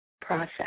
process